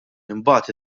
imbagħad